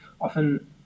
often